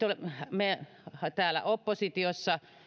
me täällä oppositiossa